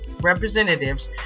representatives